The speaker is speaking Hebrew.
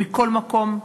מכל מקום,